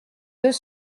deux